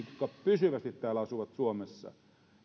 pysyvästi asuvat täällä suomessa